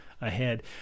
ahead